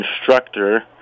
instructor